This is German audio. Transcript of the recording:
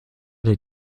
der